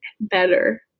better